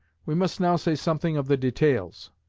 we must now say something of the details.